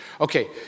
Okay